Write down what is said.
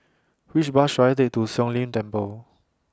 Which Bus should I Take to Siong Lim Temple